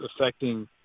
affecting